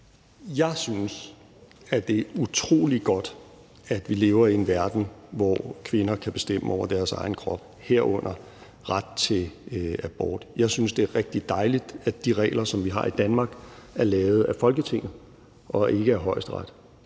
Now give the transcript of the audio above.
Jeg synes, at det er utrolig godt, at vi lever i en verden, hvor kvinder kan bestemme over deres egen krop, herunder ret til abort. Jeg synes, det er rigtig dejligt, at de regler, som vi har i Danmark, er lavet af Folketinget og ikke af Højesteret.